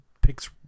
picks